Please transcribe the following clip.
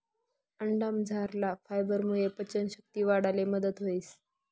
अंडामझरला फायबरमुये पचन शक्ती वाढाले मदत व्हस